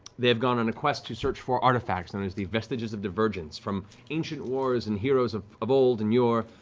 they have gone on a quest to search for artifacts known as the vestiges of divergence, from ancient wars and heroes of of old and yore,